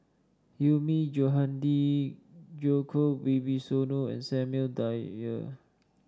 Hilmi Johandi Djoko Wibisono and Samuel Dyer